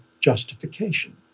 justification